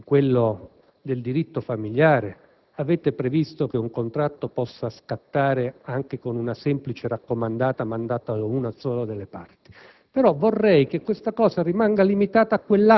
in ambito completamente diverso (quello del diritto familiare), avete previsto che un contratto possa scaturire anche da una semplice raccomandata inviata da una sola delle parti;